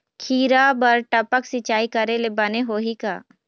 खिरा बर टपक सिचाई करे ले बने होही का?